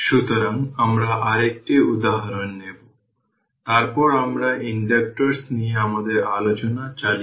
সুতরাং আমি এখানে এটি করেছি vx 1515